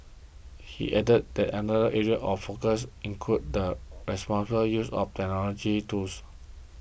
he added that another area of focus includes the responsible use of technology tools